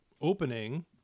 opening